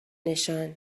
نشان